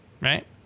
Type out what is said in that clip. Right